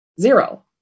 Zero